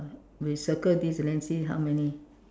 we circle this then see how many